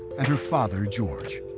and her father, george.